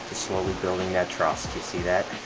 slowly building that trust, you see that?